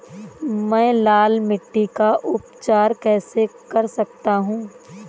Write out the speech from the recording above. मैं लाल मिट्टी का उपचार कैसे कर सकता हूँ?